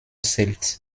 zählt